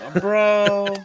bro